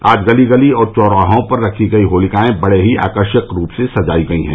आज गली गली और चौराहों पर रखी गई होलिकाएं बड़े ही आकर्षक रूप से सजाई गई है